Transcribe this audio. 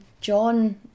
John